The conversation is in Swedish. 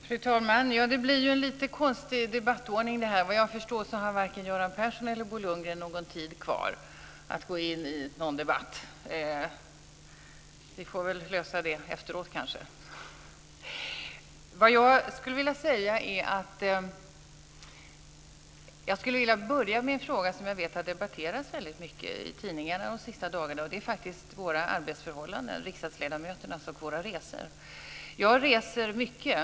Fru talman! Det blir en lite konstig debattordning. Efter vad jag förstår har varken Göran Persson eller Bo Lundgren tid kvar att gå in i någon debatt. Vi får kanske lösa det efteråt. Jag skulle vilja börja med en fråga som har debatterats mycket i tidningarna de senaste dagarna, och det är riksdagsledamöternas arbetsförhållanden och våra resor. Jag reser mycket.